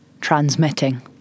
transmitting